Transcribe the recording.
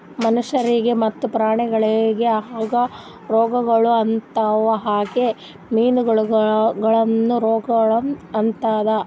ಮನುಷ್ಯರಿಗ್ ಮತ್ತ ಪ್ರಾಣಿಗೊಳಿಗ್ ಹ್ಯಾಂಗ್ ರೋಗಗೊಳ್ ಆತವ್ ಹಂಗೆ ಮೀನುಗೊಳಿಗನು ರೋಗಗೊಳ್ ಆತವ್